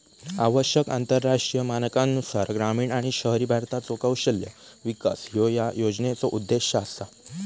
आवश्यक आंतरराष्ट्रीय मानकांनुसार ग्रामीण आणि शहरी भारताचो कौशल्य विकास ह्यो या योजनेचो उद्देश असा